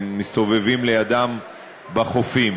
שמסתובבים לידם בחופים.